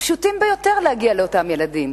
הפשוטים ביותר, להגיע לאותם ילדים.